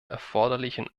erforderlichen